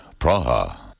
Praha